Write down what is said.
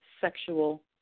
sexual